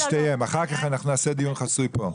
אחר כך אנחנו נעשה דיון חסוי פה.